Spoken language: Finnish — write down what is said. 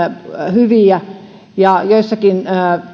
hyviä joissakin